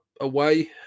away